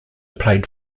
played